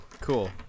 Cool